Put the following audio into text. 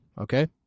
Okay